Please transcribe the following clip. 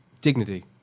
dignity